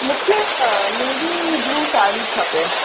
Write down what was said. मूंखे navy blue sari खपे